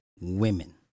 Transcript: women